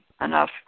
enough